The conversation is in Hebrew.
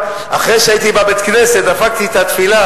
אחרי שהייתי בבית-הכנסת ו"דפקתי" את התפילה